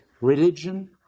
Religion